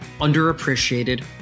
underappreciated